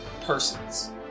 persons